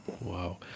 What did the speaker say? Wow